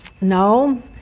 no